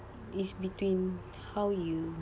it's between how you